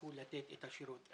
ימשיכו לתת את השירות.